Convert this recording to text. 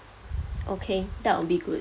okay that would be good